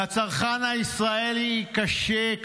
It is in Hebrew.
לצרכן הישראלי קשה.